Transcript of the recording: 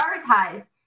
prioritize